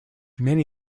many